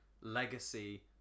Legacy